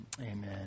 amen